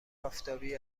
آفتابی